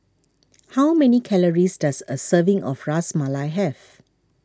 how many calories does a serving of Ras Malai have